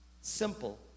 Simple